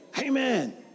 Amen